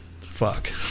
fuck